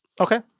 Okay